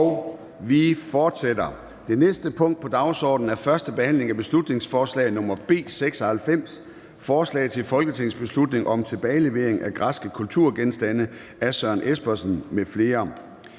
er forkastet. --- Det næste punkt på dagsordenen er: 9) 1. behandling af beslutningsforslag nr. B 96: Forslag til folketingsbeslutning om tilbagelevering af græske kulturgenstande. Af Søren Espersen (DD) m.fl.